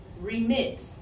remit